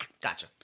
Gotcha